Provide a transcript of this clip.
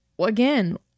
again